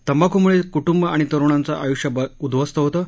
तंबाखूमुळे कुटूंब आणि तरुणांचं आयुष्यही उध्वस्त होतं